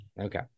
Okay